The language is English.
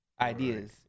ideas